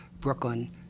Brooklyn